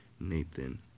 Nathan